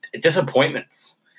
Disappointments